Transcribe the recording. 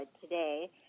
today